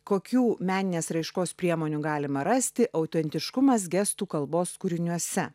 kokių meninės raiškos priemonių galima rasti autentiškumas gestų kalbos kūriniuose